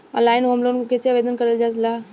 Online home loan कैसे आवेदन करल जा ला?